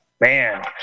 Man